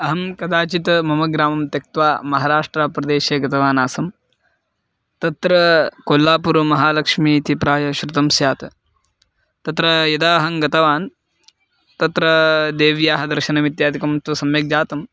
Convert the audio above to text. अहं कदाचित् मम ग्रामं त्यक्त्वा महाराष्ट्राप्रदेशे गतवान् आसं तत्र कोल्लापुरु महालक्ष्मी इति प्रायः श्रुतं स्यात् तत्र यदा अहं गतवान् तत्र देव्याः दर्शनम् इत्यादिकं तु सम्यक् जातं